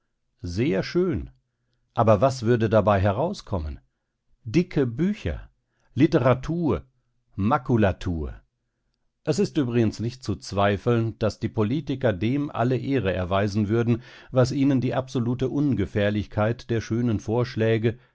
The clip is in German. sehr schön aber was würde dabei herauskommen dicke bücher literatur makulatur es ist übrigens nicht zu zweifeln daß die politiker dem alle ehre erweisen würden was ihnen die absolute ungefährlichkeit der schönen vorschläge